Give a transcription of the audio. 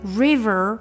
river